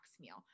meal